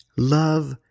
Love